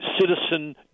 citizen